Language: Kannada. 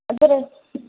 ಅದರ